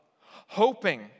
hoping